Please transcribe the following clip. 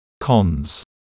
Cons